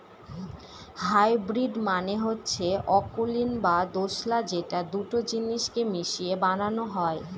hybrid মানে হচ্ছে অকুলীন বা দোঁশলা যেটা দুটো জিনিস কে মিশিয়ে বানানো হয়